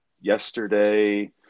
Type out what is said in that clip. yesterday